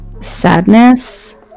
sadness